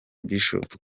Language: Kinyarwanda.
bishop